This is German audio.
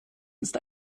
ist